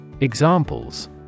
Examples